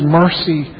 mercy